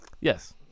Yes